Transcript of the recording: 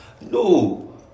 No